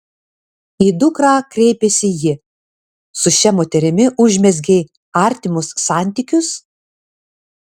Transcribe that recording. į dukrą kreipėsi ji su šia moterimi užmezgei artimus santykius